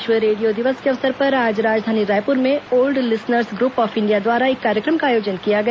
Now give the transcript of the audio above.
विश्व रेडियो दिवस के अवसर पर आज राजधानी रायपुर में old listeners group of India द्वारा एक कार्यक्रम का आयोजन किया गया